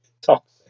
toxic